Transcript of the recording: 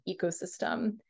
ecosystem